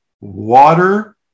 water